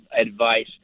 advice